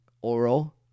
oral –